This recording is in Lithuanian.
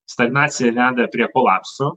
stagnacija veda prie kolapso